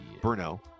Bruno